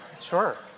sure